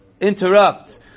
interrupt